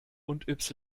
und